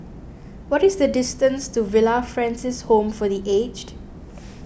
what is the distance to Villa Francis Home for the Aged